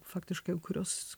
faktiškai ant kurios